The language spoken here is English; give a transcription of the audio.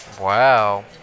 Wow